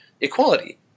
equality